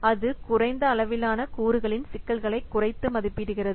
இது குறைந்த அளவிலான கூறுகளின் சிக்கலை குறைத்து மதிப்பிடுகிறது